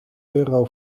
euro